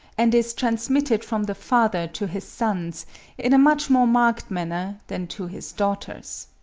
and is transmitted from the father to his sons in a much more marked manner than to his daughters.